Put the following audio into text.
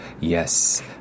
Yes